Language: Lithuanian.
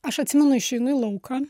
aš atsimenu išeinu į lauką